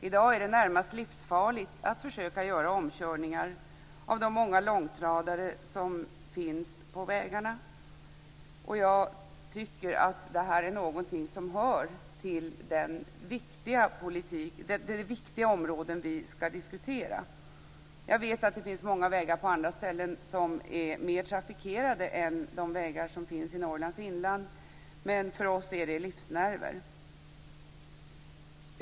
I dag är det närmast livsfarligt att försöka göra omkörningar av de många långtradare som finns på vägen. Jag tycker att det är någonting som hör till de viktiga områden som vi skall diskutera. Jag vet att det finns många vägar som är mer trafikerade än vägarna i Norrlands inland, men för oss är det livsnerver.